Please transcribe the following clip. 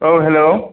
औ हेल्ल'